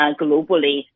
globally